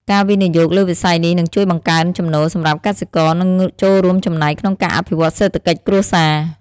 ការវិនិយោគលើវិស័យនេះនឹងជួយបង្កើនចំណូលសម្រាប់កសិករនិងចូលរួមចំណែកក្នុងការអភិវឌ្ឍសេដ្ឋកិច្ចគ្រួសារ។